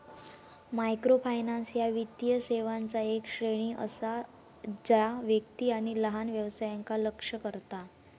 microfinance ह्या वित्तीय सेवांचा येक श्रेणी असा जा व्यक्ती आणि लहान व्यवसायांका लक्ष्य करता